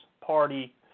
party